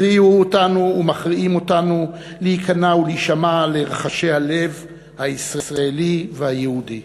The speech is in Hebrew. הכריעו אותנו ומכריעים אותנו להיכנע ולהישמע לרחשי הלב הישראלי והיהודי.